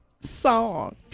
song